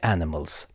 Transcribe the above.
Animals